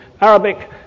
Arabic